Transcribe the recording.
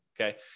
okay